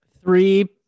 Three